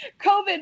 COVID